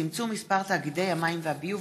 צמצום מספר תאגידי המים והביוב),